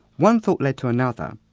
one thought led to another,